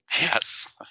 Yes